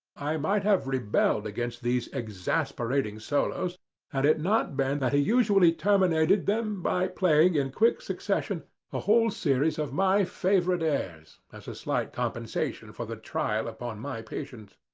i might have rebelled against these exasperating solos had it not been that he usually terminated them by playing in quick succession a whole series of my favourite airs as a slight compensation for the trial upon my patience.